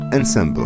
Ensemble